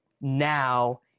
now